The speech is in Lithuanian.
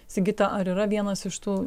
sigita ar yra vienas iš tų